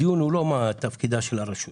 הדיון הוא לא על תפקידה של הרשות,